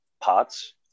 pots